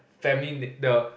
family na~ the